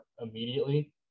immediately